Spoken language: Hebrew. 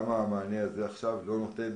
הנוסח עכשיו לא נותן